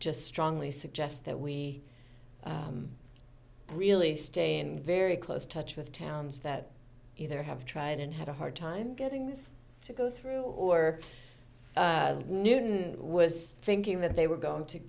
just strongly suggest that we really stay in very close touch with towns that either have tried and had a hard time getting this to go through or newton was thinking that they were going to